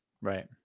Right